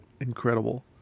incredible